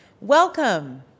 Welcome